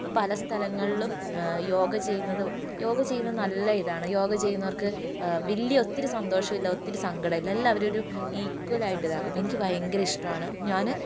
ഇപ്പോൾ പല സ്ഥലങ്ങളിലും യോഗ ചെയ്യുന്നത് യോഗ ചെയ്യുന്ന നല്ല ഇതാണ് യോഗ ചെയ്യുന്നവർക്ക് വലിയ ഒത്തിരി സന്തോഷമില്ല ഒത്തിരി സങ്കടമില്ല എല്ലാം അവരൊരു ഈക്ക്വലായിട്ടിതാക്കും എനിക്ക് ഭയങ്കര ഇഷ്ടമാണ് ഞാൻ